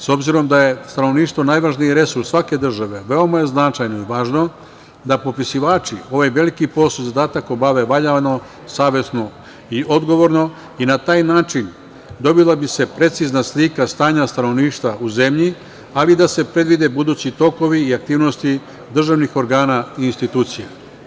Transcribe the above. S obzirom da je stanovništvo najvažniji resurs svake države, veoma je značajno i važno da popisivači ovaj veliki posao, zadatak obave valjano, savesno i odgovorno i na taj način dobila bi se precizna slika stanja stanovništva u zemlji, ali da se predvide budući tokovi i aktivnosti državnih organa i institucija.